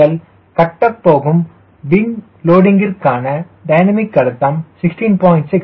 நீங்கள் கட்டப்போகும் விங் லோடிங்கிற்கான டைனமிக் அழுத்தம் 16